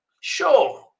sure